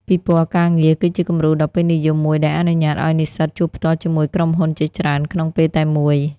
ពិព័រណ៍ការងារ គឺជាគំរូដ៏ពេញនិយមមួយដែលអនុញ្ញាតឱ្យនិស្សិតជួបផ្ទាល់ជាមួយក្រុមហ៊ុនជាច្រើនក្នុងពេលតែមួយ។